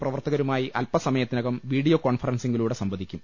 പ്രവർത്തകരുമായി അല്പ സമയത്തിനകം വീഡിയോ ്കോൺഫറൻസിങിലൂടെ സംവദിക്കും